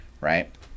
Right